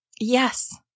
Yes